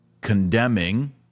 condemning